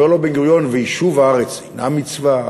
אומר לו בן-גוריון: ויישוב הארץ אינה מצווה?